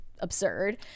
absurd